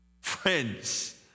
Friends